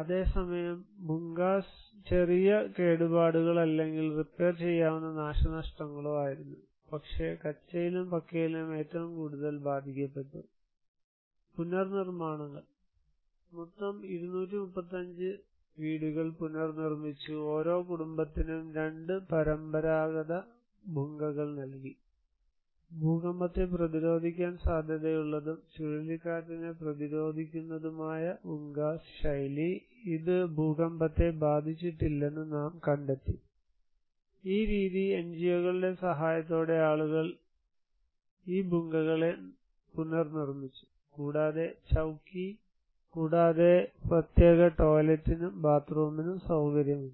അതേസമയം ഭുന്ഗസ് ചെറിയ കേടുപാടുകൾ അല്ലെങ്കിൽ റിപ്പയർ ചെയ്യാവുന്ന നാശനഷ്ടങ്ങളോ ആയിരുന്നു പക്ഷേ കച്ചയിലും പക്കയിലും ഏറ്റവും കൂടുതൽ ബാധിക്കപ്പെട്ടു പുനർനിർമ്മാണങ്ങൾ മൊത്തം 235 വീടുകൾ പുനർനിർമിച്ചു ഓരോ കുടുംബത്തിനും 2 പരമ്പരാഗത ഭുംഗകൾ നൽകി ഭൂകമ്പത്തെ പ്രതിരോധിക്കാൻ സാധ്യതയുള്ളതും ചുഴലിക്കാറ്റിനെ പ്രതിരോധിക്കുന്നതുമായ ഭുങ്കാസ് ശൈലി ഇത് ഭൂകമ്പത്തെ ബാധിച്ചിട്ടില്ലെന്ന് നാം കണ്ടെത്തി ഈ രീതി എൻജിഒകളുടെ സഹായത്തോടെ ആളുകൾ ഈ ഭുങ്കകളെ പുനർനിർമ്മിച്ചു കൂടാതെ ചൌക്കി കൂടാതെ പ്രത്യേക ടോയ്ലറ്റിനും ബാത്ത്റൂമിനും സൌകര്യമുണ്ട്